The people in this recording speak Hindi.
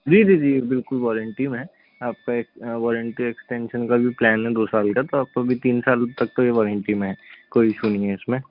जी जी जी बिलकुल वारंटी में है आपका एक वॉलंटरी एक्सटेंशन का भी प्लान है दो साल का तो आपको अभी तीन साल तक तो ये वारंटी में है कोई इशू नहीं है इसमें